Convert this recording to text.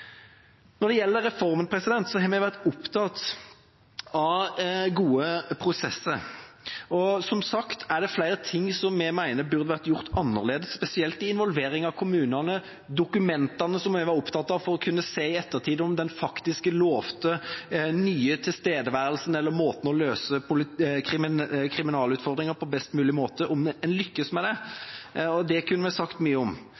Når det gjelder reformen, har vi vært opptatt av gode prosesser. Som sagt er det flere ting vi mener burde vært gjort annerledes – spesielt i involvering av kommunene, dokumentene vi var opptatt av for å kunne se i ettertid om man med den faktisk lovte nye tilstedeværelsen eller måten å løse kriminalutfordringer på, hadde lyktes på best mulig måte. Det kunne vi sagt mye om,